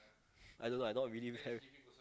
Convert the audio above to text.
I don't know I not really have